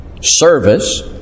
service